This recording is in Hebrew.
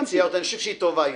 אני חושב שהיא טובה.